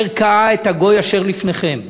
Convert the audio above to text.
כאשר קָאָה את הגוי אשר לפניכם".